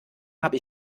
habe